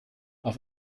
auf